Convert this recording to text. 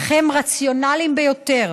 אך הם רציונליים ביותר,